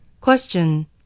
Question